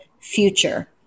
future